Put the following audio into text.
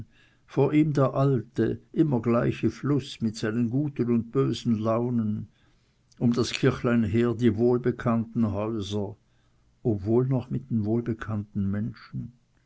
vor ihm der alte immer gleiche fluß mit seinen guten und bösen launen um das kirchlein her die wohlbekannten häuser ob wohl noch mit den wohlbekannten menschen